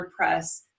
WordPress